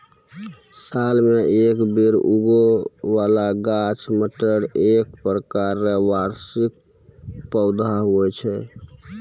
साल मे एक बेर उगै बाला गाछ मटर एक प्रकार रो वार्षिक पौधा हुवै छै